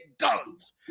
guns